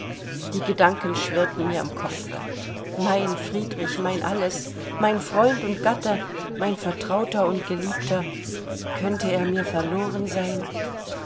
die gedanken schwirrten mir im kopfe mein friedrich mein alles mein freund und gatte mein vertrauter und geliebter könnte er mir verloren sein